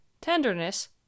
tenderness